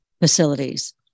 facilities